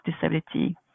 disability